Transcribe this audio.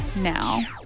now